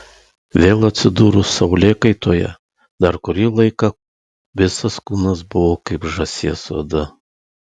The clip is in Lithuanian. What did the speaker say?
vėl atsidūrus saulėkaitoje dar kurį laiką visas kūnas buvo kaip žąsies oda